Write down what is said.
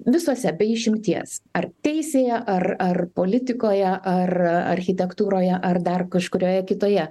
visose be išimties ar teisėje ar ar politikoje ar architektūroje ar dar kažkurioje kitoje